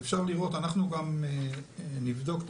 אנחנו גם נבדוק את